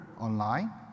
online